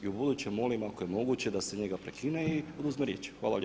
I u buduće molim ako je moguće da se njega prekine i oduzme riječ.